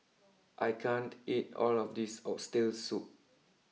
I can't eat all of this Oxtail Soup